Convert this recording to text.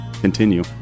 continue